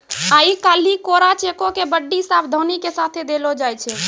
आइ काल्हि कोरा चेको के बड्डी सावधानी के साथे देलो जाय छै